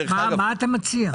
מה אתה מציע?